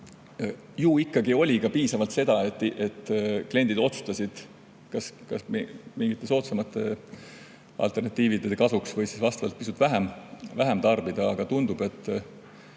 Ju ikkagi oli ka piisavalt seda, et kliendid otsustasid kas mingite soodsamate alternatiivide kasuks või siis pisut vähem tarbida. Aga tundub, et